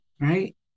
right